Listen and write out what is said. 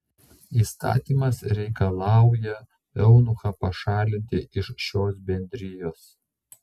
įstatymas reikalauja eunuchą pašalinti iš šios bendrijos